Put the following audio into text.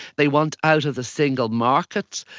they want out of the single market,